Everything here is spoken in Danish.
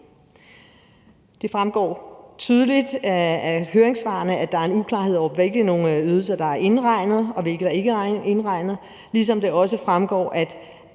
Det fremgår tydeligt af høringssvarene, at der er en uklarhed over, hvilke ydelser der er indregnet, og hvilke der ikke er indregnet, ligesom det også fremgår, at